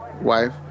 wife